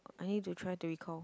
I need to try to recall